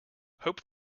hope